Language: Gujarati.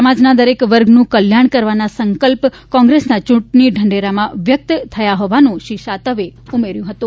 સમાજના દરેક વર્ગનું કલ્યાણ કરવાના સંકલ્પ કોંગ્રેસના ચૂંટણી ઢંઢેરામાં વ્યક્ત થયા હોવાનું શ્રી સાતવે ઉમેર્યું હતું